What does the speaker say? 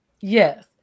Yes